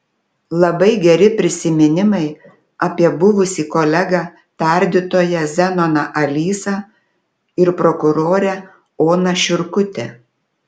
labai geri prisiminimai apie buvusį kolegą tardytoją zenoną alysą ir prokurorę oną šiurkutę